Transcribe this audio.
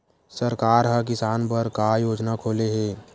सरकार ह किसान बर का योजना खोले हे?